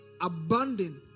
abandon